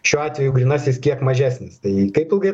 šiuo atveju grynasis kiek mažesnis tai kaip ilgai